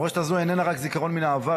המורשת הזו איננה רק זיכרון מן העבר,